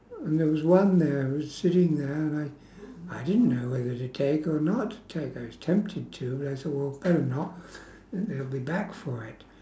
there was one there who was sitting there and I I didn't know whether to take or not to take I was tempted to but I thought well better not they will be back for it